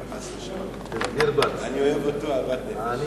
אני לא אפריע, חס ושלום.